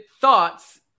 thoughts